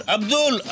Abdul